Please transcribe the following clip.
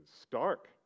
stark